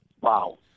Wow